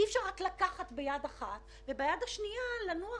אי אפשר רק לקחת ביד אחת וביד השנייה לנוח